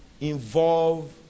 involve